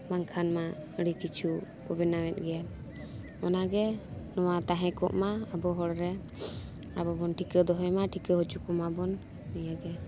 ᱵᱟᱝᱠᱷᱟᱱ ᱢᱟ ᱟᱹᱰᱤ ᱠᱤᱪᱷᱩ ᱠᱚ ᱵᱮᱱᱟᱣᱮᱫ ᱜᱮᱭᱟ ᱚᱱᱟ ᱜᱮ ᱱᱚᱣᱟ ᱛᱟᱦᱮᱸ ᱠᱚᱜ ᱢᱟ ᱟᱵᱚ ᱦᱚᱲᱨᱮ ᱟᱵᱚ ᱵᱚᱱ ᱴᱤᱠᱟᱹ ᱫᱚᱦᱚᱭ ᱢᱟ ᱴᱤᱠᱟᱹᱣ ᱦᱤᱡᱩᱜ ᱠᱚᱢᱟ ᱵᱚᱱ ᱱᱤᱭᱟᱹᱜᱮ